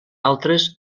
altres